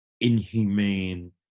inhumane